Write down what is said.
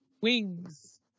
Wings